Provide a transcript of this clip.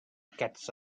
catch